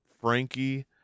Frankie